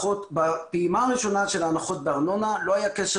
בפעימה הראשונה של ההנחות בארנונה לא היה קשר